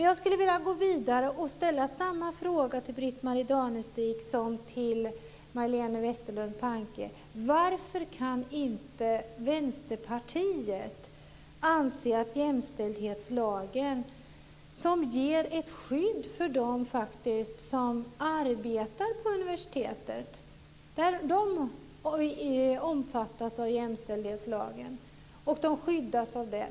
Jag skulle vilja gå vidare och ställa samma frågor till Britt-Marie Danestig som till Majléne Westerlund Panke. Jämställdhetslagen ger ett skydd för dem som arbetar på universitet. De omfattas av den.